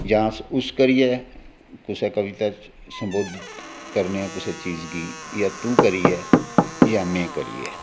जां अस उस करियै कविता च सम्बोधित करनेआं कुसै चीज गी जां तू करियै जां में करियै